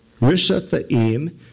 Rishathaim